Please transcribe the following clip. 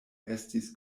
estis